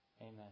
Amen